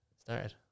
started